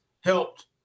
helped